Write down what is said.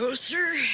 so sir.